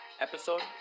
episode